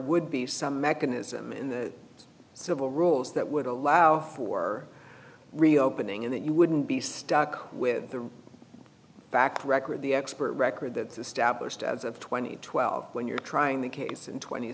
would be some mechanism in the civil rules that would allow for reopening and that you wouldn't be stuck with the fact record the expert record that the stablished as of twenty twelve when you're trying the case in tw